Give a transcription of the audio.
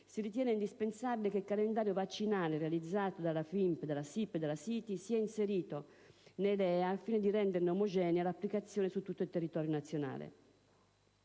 si ritiene indispensabile che il calendario vaccinale realizzato dalla FIMP, dalla SIP e dalla SITI sia inserito nei LEA al fine di renderne omogenea l'applicazione su tutto il territorio nazionale.